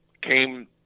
came